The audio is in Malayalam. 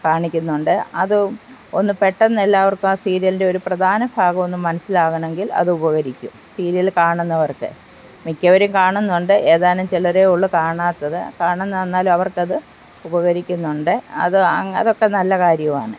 കാണിക്കുന്നുണ്ട് അതും ഒന്നു പെട്ടെന്ന് എല്ലാവർക്കും ആ സീരിയലിന്റെ ഒരു പ്രധാന ഭാഗം ഒന്നു മനസ്സിലാകണമെങ്കിൽ അത് ഉപകരിക്കും സീരിയൽ കാണുന്നവർക്ക് മിക്കവരും കാണുന്നുണ്ട് ഏതാനും ചിലരെ ഉള്ളൂ കാണാത്തത് കാണുന്നു എന്നാൽ അവർക്ക് അത് ഉപകരിക്കുന്നുണ്ട് അത് അതൊക്കെ നല്ല കാര്യമാണ്